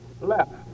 left